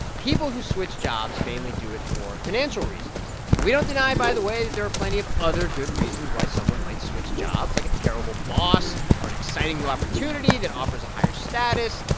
people who switch jobs mainly do it for financial reasons. and we don't deny, by the way, that there are plenty of other good reasons why someone might switch jobs, like a terrible boss or an exciting new opportunity that offers a higher status,